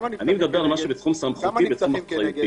אני מדבר על משהו בתחום סמכותי ובתחום אחריותי.